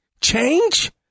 change